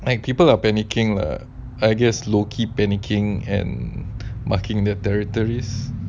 like people are panicking lah I guess low key panicking and marking their territories